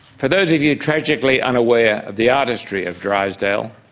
for those of you tragically unaware of the artistry of drysdale,